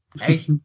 Hey